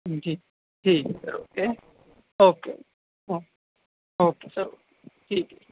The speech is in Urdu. جی جی okay okay okay okay sir ٹھیک ہے